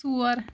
ژور